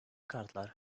kartlar